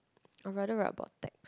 I rather write about text